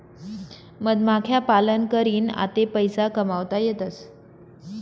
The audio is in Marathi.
मधमाख्या पालन करीन आते पैसा कमावता येतसं